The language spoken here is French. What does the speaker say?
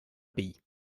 pays